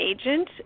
agent